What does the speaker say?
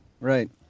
Right